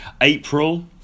April